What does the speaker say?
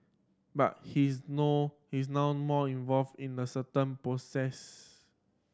but he's nor he's now more involved in the certain process